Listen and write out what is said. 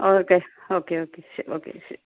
okay okay okay ശരി okay ശരി